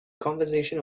conversation